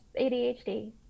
ADHD